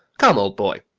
come, old boy,